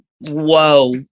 whoa